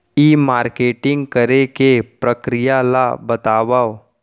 ई marketing करे के प्रक्रिया ला बतावव?